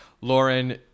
lauren